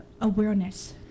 awareness